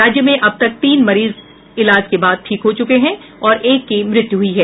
राज्य में अब तक तीन मरीज इलाज के बाद ठीक हो चुके हैं और एक की मृत्यु हुई है